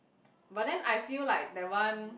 but then I feel like that one